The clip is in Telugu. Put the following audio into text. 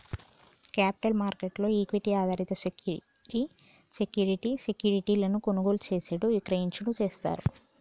క్యాపిటల్ మార్కెట్ లో ఈక్విటీ ఆధారిత సెక్యూరి సెక్యూరిటీ సెక్యూరిటీలను కొనుగోలు చేసేడు విక్రయించుడు చేస్తారు